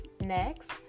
Next